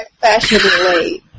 fashionably